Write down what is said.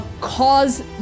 cause